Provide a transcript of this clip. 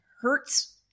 hurts